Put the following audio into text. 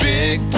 Big